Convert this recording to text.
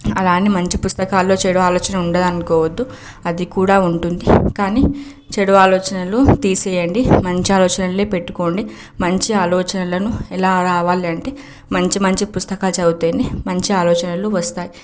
అలా అని మంచి పుస్తకాలలో చెడు ఆలోచన ఉండదని అనుకోవద్దు అది కూడా ఉంటుంది కానీ చెడు ఆలోచనలు తీసేయ్యండి మంచి ఆలోచనలే పెట్టుకోండి మంచి ఆలోచనలను ఎలా రావాలంటే మంచి మంచి పుస్తకాలు చదివితేనే మంచి ఆలోచనలు వస్తాయి